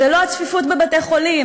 זה לא הצפיפות בבתי-החולים,